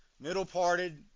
middle-parted